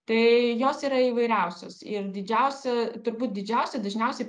tai jos yra įvairiausios ir didžiausia turbūt didžiausia dažniausiai